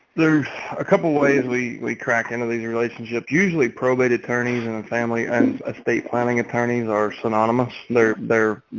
there's a couple ways we we crack into these relationships. usually probate attorneys and and family and estate planning attorneys are synonymous. they're there,